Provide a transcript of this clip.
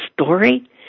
story